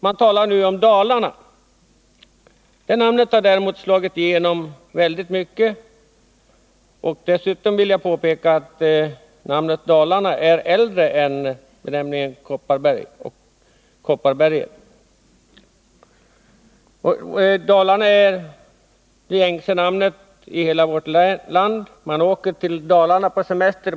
Man talar nu i stället om Dalarna, och det är ett namn som verkligen har slagit igenom. Jag vill dessutom påpeka att namnet Dalarna är äldre än benämningen Kopparberg. Dalarna är det i hela vårt land gängse namnet.